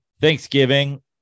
Thanksgiving